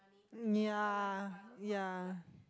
ya ya